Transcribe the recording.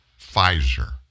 Pfizer